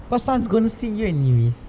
cause sun's going to siv and nuis